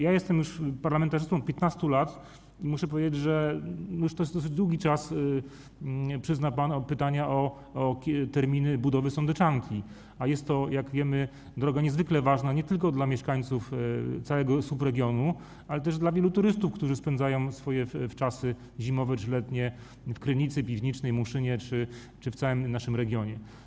Ja jestem już parlamentarzystą od 15 lat i muszę powiedzieć, że jest to dosyć długi czas, przyzna pan, pytania o terminy budowy sądeczanki, a jest to, jak wiemy, droga niezwykle ważna nie tylko dla mieszkańców całego subregionu, ale też dla wielu turystów, którzy spędzają swoje wczasy zimowe czy letnie w Krynicy, Piwnicznej, Muszynie czy w całym naszym regionie.